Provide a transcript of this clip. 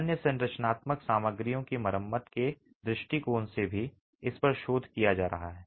अन्य संरचनात्मक सामग्रियों की मरम्मत के दृष्टिकोण से भी इस पर शोध किया जा रहा है